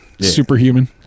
Superhuman